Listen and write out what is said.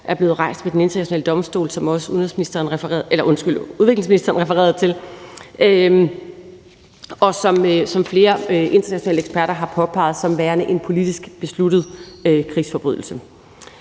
er rejst en sag om ved Den Internationale Domstol, som også udviklingsministeren refererede til, og som flere internationale eksperter har påpeget er en politisk besluttet krigsforbrydelse.